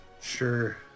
Sure